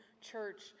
church